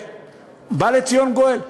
ובא לציון גואל.